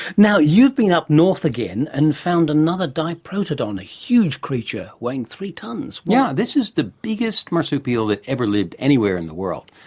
now you've been up north again and found another diprotodon, a huge creature weighting three tonnes. yes, yeah this is the biggest marsupial that ever lived, anywhere in the world,